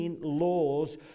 laws